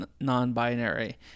non-binary